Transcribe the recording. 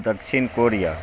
दक्षिण कोरिआ